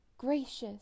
Gracious